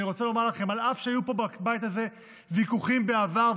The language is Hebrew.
ואני רוצה לומר לכם שאף שהיו פה בבית הזה ויכוחים בעבר,